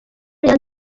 avuga